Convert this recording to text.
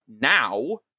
Now